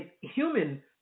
human